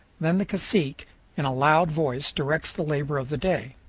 then the cacique in a loud voice directs the labor of the day.